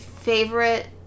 favorite